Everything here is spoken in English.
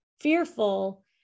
Fearful